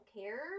care